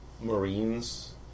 marines